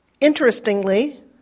Interestingly